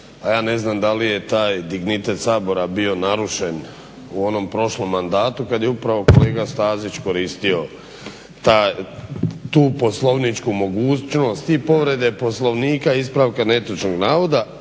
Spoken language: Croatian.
a ja ne znam da li je taj dignitet Sabora bio narušen u onom prošlom mandatu kad je upravo kolega Stazić koristio tu poslovničku mogućnost i povrede poslovnika ispravka netočnog navoda,